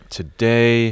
today